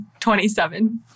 27